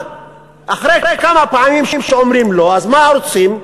אחרי כמה פעמים שאומרים לא, אז מה רוצים?